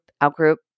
out-group